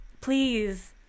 please